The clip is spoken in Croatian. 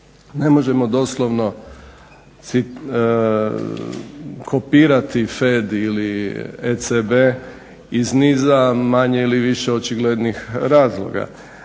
Ne možemo doslovno kopirati FED ili ECB iz niza manje ili više očiglednih razloga,